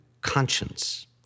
conscience